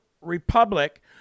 republic